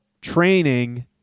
training